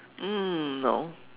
um no